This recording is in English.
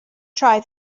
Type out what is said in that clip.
try